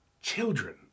children